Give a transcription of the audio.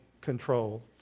control